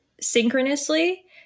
synchronously